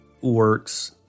works